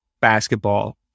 basketball